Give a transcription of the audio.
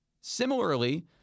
Similarly